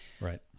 Right